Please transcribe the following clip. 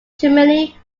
germany